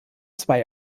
zwei